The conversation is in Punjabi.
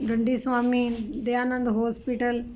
ਡੰਡੀ ਸਵਾਮੀ ਦਯਾਨੰਦ ਹੌਸਪੀਟਲ